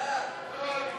טובי